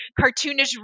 cartoonish